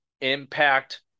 impact